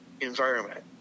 environment